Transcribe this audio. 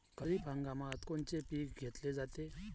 खरिप हंगामात कोनचे पिकं घेतले जाते?